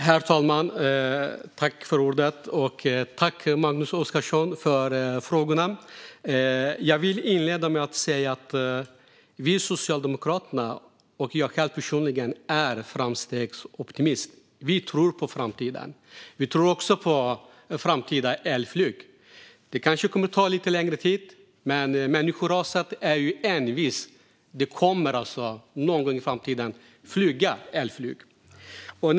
Herr talman! Jag vill inleda med att säga att vi socialdemokrater är framstegsoptimister. Vi tror på framtiden. Vi tror också på framtida elflyg. Det kanske kommer att ta lite längre tid. Men människan är envis. Det kommer någon gång i framtiden att vara möjligt att flyga elflyg.